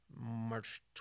march